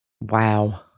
Wow